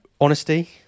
honesty